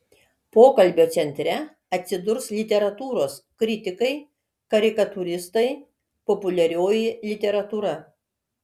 pokalbio centre atsidurs literatūros kritikai karikatūristai populiarioji literatūra